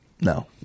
No